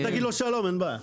תגיד לו שלום אין בעיה.